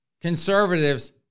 Conservatives